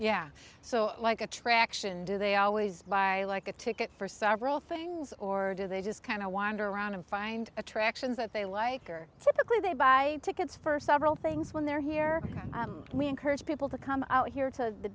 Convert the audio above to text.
yeah so like attraction do they always buy like a ticket for several things or do they just kind of wander around and find attractions that they like or typically they buy tickets for several things when they're here we encouraged to come out here to the